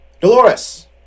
Dolores